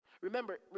Remember